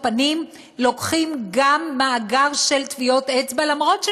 הפנים לוקחים גם מאגר של טביעות אצבעות.